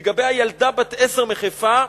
לגבי הילדה בת העשר מחיפה,